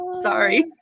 Sorry